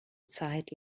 zeit